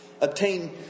Obtain